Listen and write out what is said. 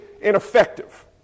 ineffective